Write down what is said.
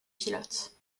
pilote